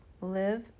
live